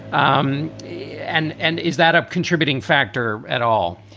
um and and is that a contributing factor at all?